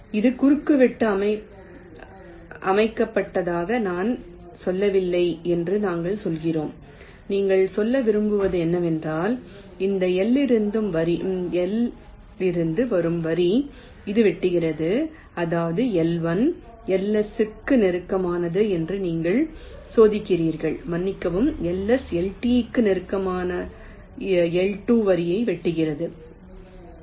இது குறுக்குவெட்டு அமைக்கப்பட்டதாக நான் சொல்லவில்லை என்று நாங்கள் சொல்கிறோம் நீங்கள் சொல்ல விரும்புவது என்னவென்றால் இந்த L இருந்து வரும் வரி இது வெட்டுகிறது அதாவது L1 LSஸ்ஸுக்கு சொந்தமானது என்று நீங்கள் சோதிக்கிறீர்களா மன்னிக்கவும் LS LTக்கு சொந்தமான L2 வரியை வெட்டுகிறது